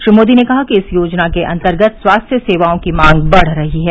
श्री मोदी ने कहा कि इस योजना के अंतर्गत स्वास्थ्य सेवाओं की मांग बढ़ रही है